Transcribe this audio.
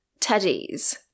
teddies